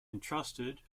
entrusted